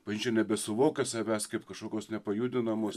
valdžia nebesuvokia savęs kaip kažkokios nepajudinamos